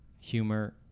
humor